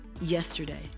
yesterday